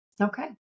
Okay